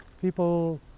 people